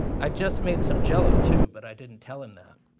i just made some jello, too, but i didn't tell him that.